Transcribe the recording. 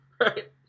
Right